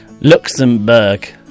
Luxembourg